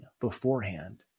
beforehand